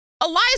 Elias